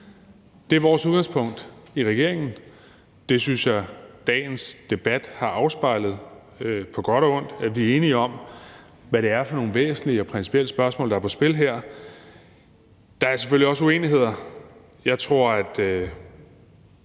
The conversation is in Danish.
Det er vores udgangspunkt i regeringen. Det synes jeg dagens debat har afspejlet på godt og ondt, nemlig at vi er enige om, hvad det er for nogle væsentlige og principielle spørgsmål, der er på spil her. Der er selvfølgelig også uenigheder. Jeg tror